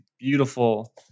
beautiful